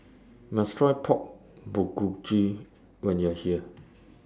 YOU must Try Pork Bulgogi when YOU Are here